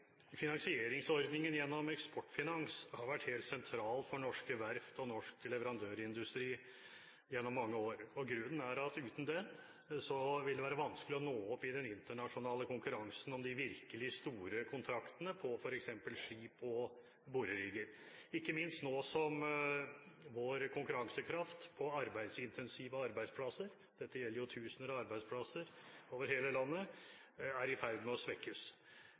uten den vil det være vanskelig å nå opp i den internasjonale konkurransen om de virkelig store kontraktene på f.eks. skip og borerigger, ikke minst nå som vår konkurransekraft på arbeidsintensive arbeidsplasser – dette gjelder tusener av arbeidsplasser over hele landet – er i ferd med å svekkes.